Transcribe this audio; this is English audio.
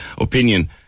Opinion